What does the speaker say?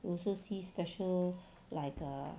you also see special like err